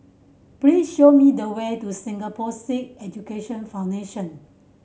please show me the way to Singapore Sikh Education Foundation